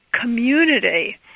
community